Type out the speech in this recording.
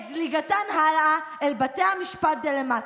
את זליגתן הלאה, אל בתי המשפט דלמטה".